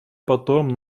потом